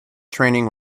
training